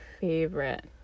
favorite